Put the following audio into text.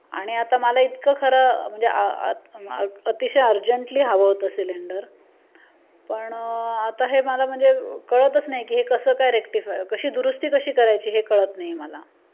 आणि आता मला इतकं खरं म्हणजे आ अतिशय अर्जंटली हवं होतं सिलेंडर पण आता हे मला म्हणजे कळतच नाही की हे कसं काय रेक्टिफाय कशी दुरुस्ती कशी करायची हे कळत नाही मला